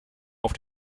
auf